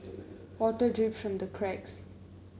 water drips from the cracks